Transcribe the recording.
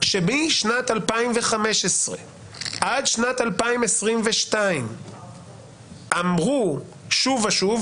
שמשנת 2015 עד שנת 2022 אמרו שוב ושוב,